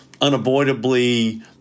unavoidably